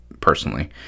personally